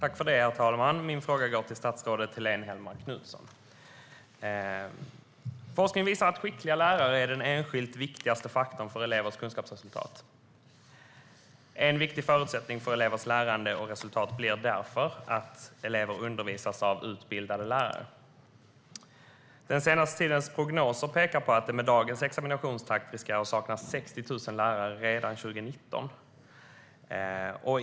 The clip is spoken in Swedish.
Herr talman! Min fråga går till statsrådet Helene Hellmark Knutsson. Forskning visar att skickliga lärare är den enskilt viktigaste faktorn för elevers kunskapsresultat. En viktig förutsättning för elevers lärande och resultat blir därför att elever undervisas av utbildade lärare. Den senaste tidens prognoser pekar på att det med dagens examinationstakt kommer att saknas 60 000 lärare redan 2019.